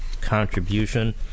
contribution